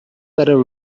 better